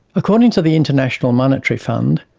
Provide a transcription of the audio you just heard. according to the international monetary fund,